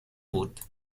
بود